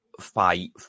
fight